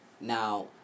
Now